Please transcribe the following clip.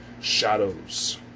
Shadows